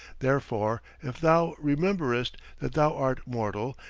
therefore, if thou rememberest that thou art mortal,